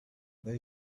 there